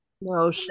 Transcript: No